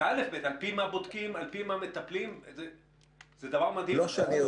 על-פי מה בודקים, על-פי מה מטפלים - זה דבר מדהים.